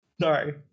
Sorry